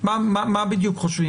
מה בדיוק חושבים,